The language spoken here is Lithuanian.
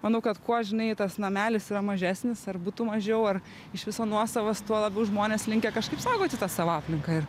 manau kad kuo žinai tas namelis yra mažesnis ar butų mažiau ar iš viso nuosavas tuo labiau žmonės linkę kažkaip saugoti tą savo aplinką ir